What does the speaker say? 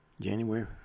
January